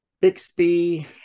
Bixby